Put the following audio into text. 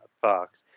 Fox